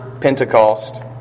Pentecost